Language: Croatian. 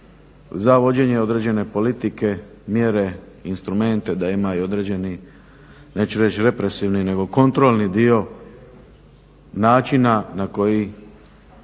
za vođenje određene politike, mjere i instrumente da ima i određeni neću reći represivni nego kontrolni dio načina na koji